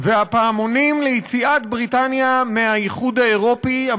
והפעמונים ליציאת בריטניה מהאיחוד האירופי,